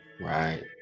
right